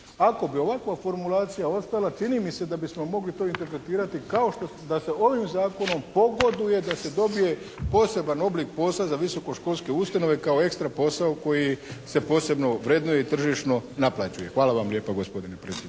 ako bi ovakva formulacija ostala čini mi se da bismo mogli to interpretirati kao da se ovim zakonom pogoduje da se dobije poseban oblika posla za visokoškolske ustanove kao ekstra posao koji se posebno vrednuje i tržišno naplaćuje. Hvala vam lijepa gospodine predsjedniče.